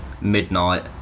midnight